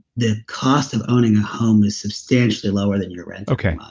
the cost of owning a home is substantially lower than your rent okay,